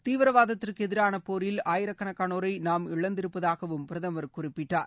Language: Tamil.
தீவிரவாதத்துக்கு எதிரான போரில் ஆயிரக்கணக்காளோரை நாம் இழந்திருப்பதாகவும் பிரதமர் குறிப்பிட்டார்